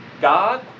God